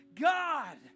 God